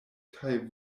kaj